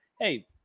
Hey